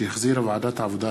שהחזירה ועדת העבודה,